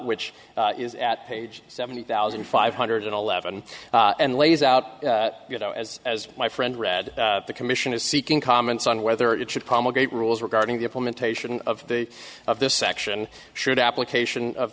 which is at page seventy thousand five hundred eleven and lays out you know as as my friend read the commission is seeking comments on whether it should promulgated rules regarding the implementation of the of this section should application of